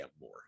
more